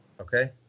Okay